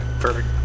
perfect